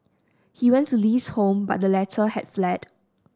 he went to Li's home but the latter had fled